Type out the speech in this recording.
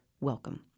Welcome